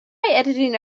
editing